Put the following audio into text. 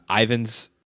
Ivan's